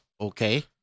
Okay